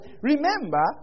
Remember